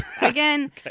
Again